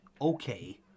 okay